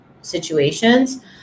situations